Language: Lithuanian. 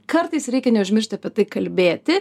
kartais reikia neužmiršt apie tai kalbėti